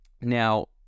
Now